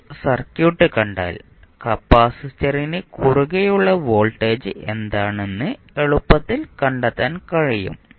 ഇപ്പോൾ സർക്യൂട്ട് കണ്ടാൽ കപ്പാസിറ്ററിന് കുറുകെയുള്ള വോൾട്ടേജ് എന്താണെന്ന് എളുപ്പത്തിൽ കണ്ടെത്താൻ കഴിയും